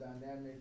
dynamic